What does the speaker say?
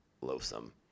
Loathsome